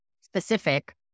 specific